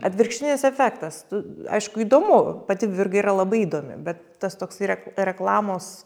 atvirkštinis efektas tu aišku įdomu pati virga yra labai įdomi bet tas toks rek reklamos